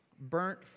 burnt